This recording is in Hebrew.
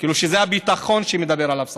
כאילו שזה הביטחון שמדבר עליו השר.